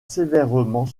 sévèrement